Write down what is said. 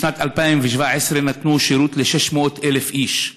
בשנת 2017 הם נתנו שירות ל-600,000 איש.